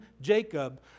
Jacob